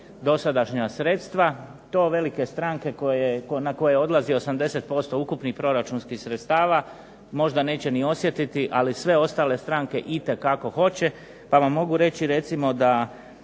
dosadašnja sredstva. To velike stranke na koje odlazi 80% ukupnih proračunskih sredstava možda neće ni osjetiti, ali sve ostale stranke itekako hoće, pa vam mogu reći recimo da